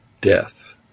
Death